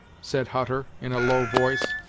said hutter, in a low voice,